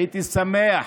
הייתי שמח